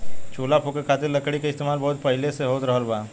चूल्हा फुके खातिर लकड़ी के इस्तेमाल बहुत पहिले से हो रहल बा